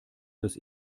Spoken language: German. fürs